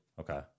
Okay